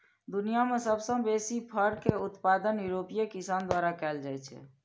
दुनिया मे सबसं बेसी फर के उत्पादन यूरोपीय किसान द्वारा कैल जाइ छै